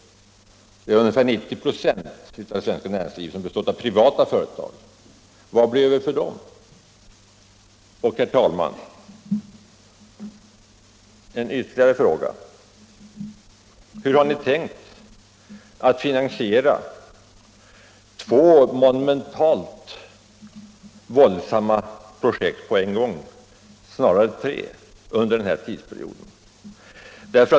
Ungefär 90 96 av det svenska näringslivet består av privata företag. Vad blir över för dem? Och, herr talman, en ytterligare fråga: Hur har ni tänkt finansiera två — eller snarare tre — monumentalt våldsamma projekt på en gång under denna tidsperiod?